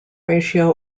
ratio